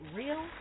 real